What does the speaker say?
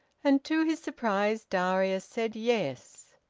and to his surprise darius said, yes.